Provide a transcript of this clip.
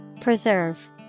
Preserve